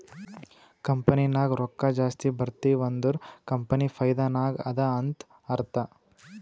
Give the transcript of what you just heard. company ನಾಗ್ ರೊಕ್ಕಾ ಜಾಸ್ತಿ ಬರ್ತಿವ್ ಅಂದುರ್ ಕಂಪನಿ ಫೈದಾ ನಾಗ್ ಅದಾ ಅಂತ್ ಅರ್ಥಾ